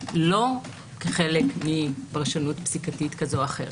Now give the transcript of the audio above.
לא כחלק מפרשנות פסיקתית כזו או אחרת.